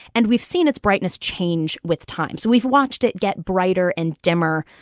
and we've seen its brightness change with time. so we've watched it get brighter and dimmer.